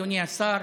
אדוני השר,